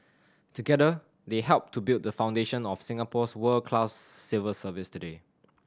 together they helped to build the foundation of Singapore's world class civil service today